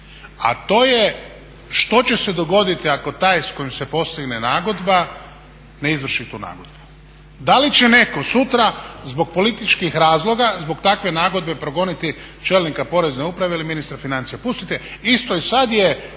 a to je što će se dogoditi ako taj s kojim se postigne nagodba ne izvrši tu nagodbu? Da li će neko sutra zbog političkih razloga, zbog takve nagodbe progoniti čelnika porezne uprave ili ministra financija? Pustite, isto i sad je